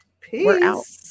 Peace